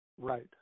Right